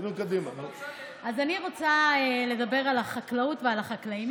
אז אני רוצה לדבר על החקלאות ועל החקלאים.